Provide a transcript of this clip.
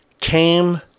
came